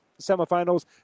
semifinals